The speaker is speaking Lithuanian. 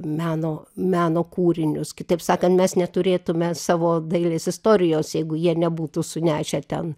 meno meno kūrinius kitaip sakant mes neturėtume savo dailės istorijos jeigu jie nebūtų sunešę ten